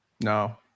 No